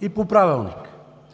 и по Правилник.